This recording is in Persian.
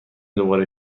دوباره